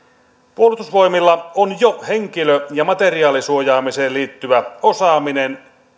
puolustusvoimilla on jo henkilö ja materiaalisuojaamiseen liittyvä osaaminen